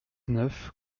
neuf